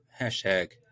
hashtag